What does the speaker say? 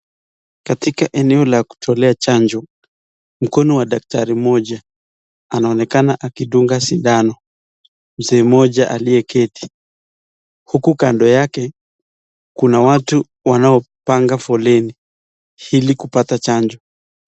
Katika eneo la kutolea chanjo, mkono wa daktari mmoja anaonekana akidunga sindano mzee mmoja aliyeketi huku kando yake kuna watu wanaopanga foleni ili kupata chanjo.